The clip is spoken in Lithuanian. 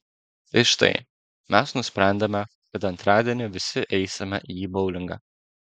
tai štai mes nusprendėme kad antradienį visi eisime į boulingą